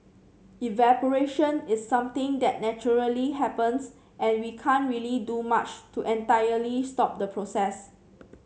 evaporation is something that naturally happens and we can't really do much to entirely stop the process